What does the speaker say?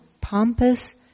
pompous